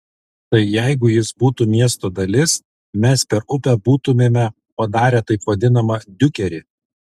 tai jeigu jis būtų miesto dalis mes per upę būtumėme padarę taip vadinamą diukerį